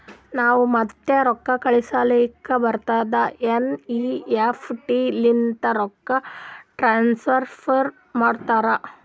ನಮ್ ಮುತ್ತ್ಯಾ ರೊಕ್ಕಾ ಕಳುಸ್ಬೇಕ್ ಅಂದುರ್ ಎನ್.ಈ.ಎಫ್.ಟಿ ಲಿಂತೆ ರೊಕ್ಕಾ ಟ್ರಾನ್ಸಫರ್ ಮಾಡ್ತಾರ್